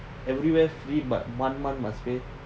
everywhere free but one month must pay